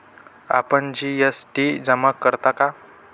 आपण जी.एस.टी जमा करता का?